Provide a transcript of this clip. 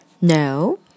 No